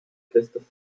christoph